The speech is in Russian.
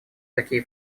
такие